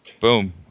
Boom